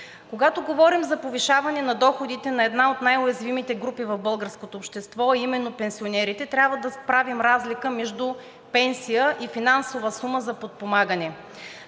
Когато говорим за повишаване на доходите на една от най-уязвимите групи в българското общество, а именно пенсионерите, трябва да правим разлика между пенсия и финансова сума за подпомагане.